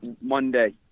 Monday